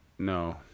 No